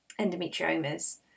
endometriomas